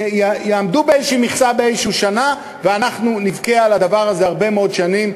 יעמדו באיזו מכסה באיזו שנה ואנחנו נבכה על הדבר הזה הרבה מאוד שנים,